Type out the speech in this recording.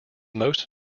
most